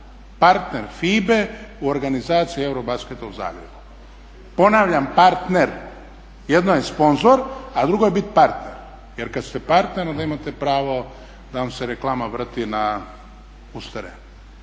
partner FIBA-e u organizaciji EUROBASKET-a u Zagrebu. Ponavljam partner. Jedno je sponzor, a drugo je bit partner, jer kad ste partner onda imate pravo da vam se reklama vrti uz teren.